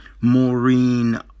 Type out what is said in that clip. Maureen